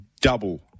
double